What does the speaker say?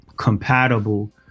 compatible